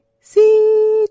see